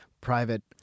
private